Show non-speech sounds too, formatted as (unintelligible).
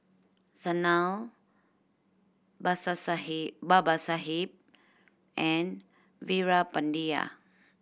Sanal (unintelligible) Babasaheb and Veerapandiya